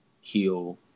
heal